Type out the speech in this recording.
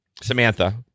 Samantha